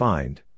Find